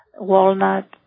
walnut